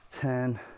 ten